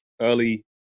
early